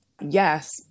yes